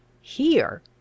Here